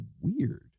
weird